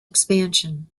expansion